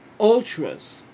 ultras